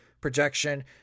projection